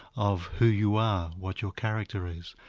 of who you are, what your character is.